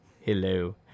Hello